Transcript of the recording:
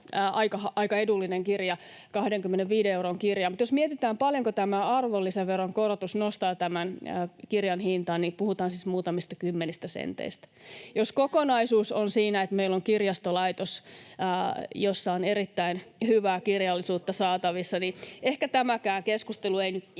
aika edullinen kirja, 25 euron kirja — ja jos mietitään, paljonko tämä arvonlisäveron korotus nostaa tämän kirjan hintaa, niin puhutaan siis muutamista kymmenistä senteistä. Jos kokonaisuus on siinä, että meillä on kirjastolaitos, jossa on erittäin hyvää kirjallisuutta saatavissa, niin ehkä tämäkään keskustelu tai kritiikki